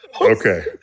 Okay